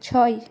ছয়